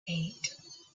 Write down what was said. eight